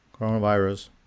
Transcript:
coronavirus